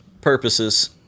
purposes